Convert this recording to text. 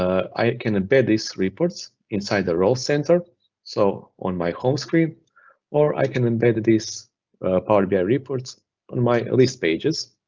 i can embed these reports inside the role center so on my home screen or i can embed this power bi reports on my list pages.